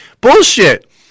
bullshit